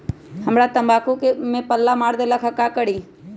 हमरा तंबाकू में पल्ला मार देलक ये ला का करी?